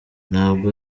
ntabwo